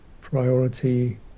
priority